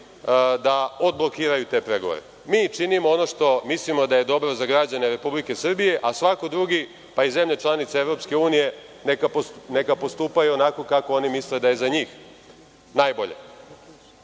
da odblokiraju te pregovore. Mi činimo ono što mislimo da je dobro za građane Republike Srbije, a svako drugi pa i zemlje članice EU neka postupaju onako kako misle da je za njih najbolje. Sa